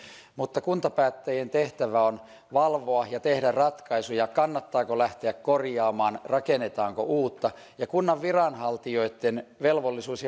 mutta kuntapäättäjien tehtävä on valvoa ja tehdä ratkaisuja kannattaako lähteä korjaamaan rakennetaanko uutta kunnan viranhaltijoitten velvollisuus